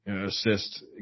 assist